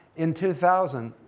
in two thousand,